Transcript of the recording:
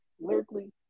Lyrically